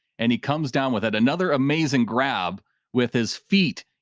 and he comes down with, at another amazing grab with his feet,